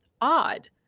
odd